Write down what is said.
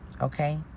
Okay